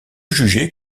juger